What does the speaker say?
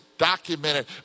documented